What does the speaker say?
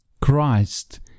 Christ